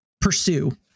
pursue